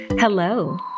Hello